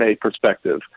perspective